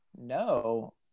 No